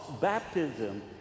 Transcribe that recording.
baptism